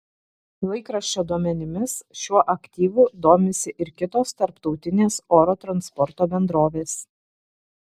laikraščio duomenimis šiuo aktyvu domisi ir kitos tarptautinės oro transporto bendrovės